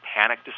panic